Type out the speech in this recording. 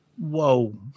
Whoa